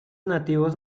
nativos